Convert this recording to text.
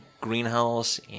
greenhouse